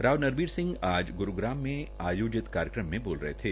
राव नरवीर सिंह आज ग्रूग्राम मे आयोजित कार्यक्रम में बोल रहे थे